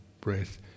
breath